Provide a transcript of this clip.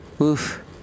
Oof